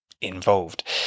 involved